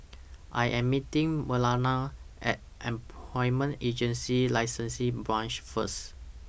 I Am meeting Marlena At Employment Agency Licensing Branch First